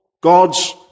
God's